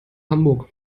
hamburg